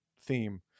theme